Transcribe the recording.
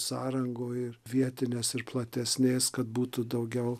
sąrangoj ir vietinės ir platesnės kad būtų daugiau